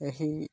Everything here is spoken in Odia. ଏହି